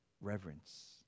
reverence